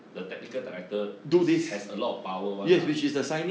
the technical director is has a lot of power [one] lah